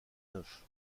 neuf